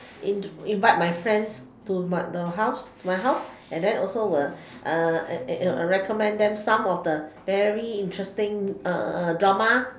in~ invite my friends to my the house to my house and then also will and and and recommend some of the very interesting drama